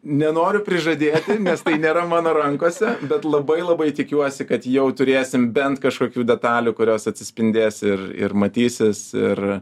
nenoriu prižadėti nes tai nėra mano rankose bet labai labai tikiuosi kad jau turėsim bent kažkokių detalių kurios atsispindės ir ir matysis ir